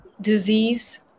disease